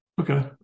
okay